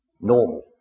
normal